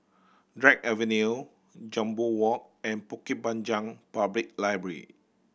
Drake Avenue Jambol Walk and Bukit Panjang Public Library